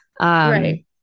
right